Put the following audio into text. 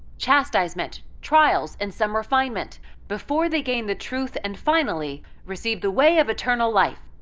chastisement, trials, and some refinement before they gain the truth and finally receive the way of eternal life.